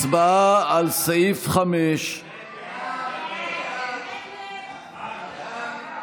הצבעה על סעיף 5. סעיף 5,